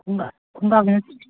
ꯈꯣꯡꯒꯥꯎꯁꯤꯅ